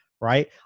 right